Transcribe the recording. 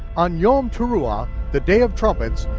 on yom teruah, the day of trumpets,